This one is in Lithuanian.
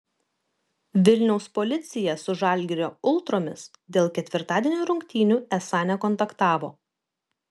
vilniaus policija su žalgirio ultromis dėl ketvirtadienio rungtynių esą nekontaktavo